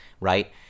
right